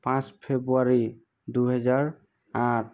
পাঁচ ফেব্ৰুৱাৰী দুহেজাৰ আঠ